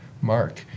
Mark